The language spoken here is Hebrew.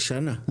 לשנה?